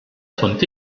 sont